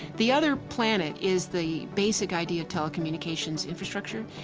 the other planet is the basic idea of telecommunications infrastructure,